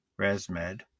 ResMed